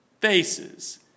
faces